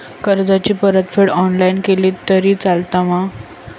कर्जाची परतफेड ऑनलाइन केली तरी चलता मा?